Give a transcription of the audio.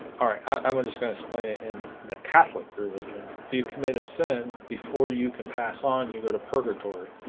all right i'm just gonna explain it in the catholic religion if you commit a sin before you can pass on you go to purgatory